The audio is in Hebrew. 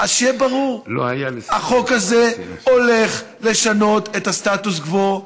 אז שיהיה ברור: החוק הזה הולך לשנות את הסטטוס קוו.